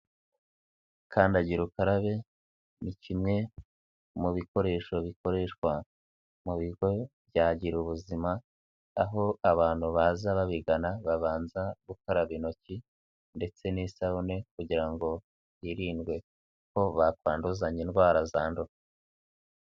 Kandagira ukarabe ni kimwe mu bikoresho bikoreshwa mu bigo bya Gira ubuzima, aho abantu baza babigana babanza gukaraba intoki ndetse n'isabune kugira ngo hirindwe ko bakwanduzanya indwara zandura.